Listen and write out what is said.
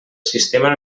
sistema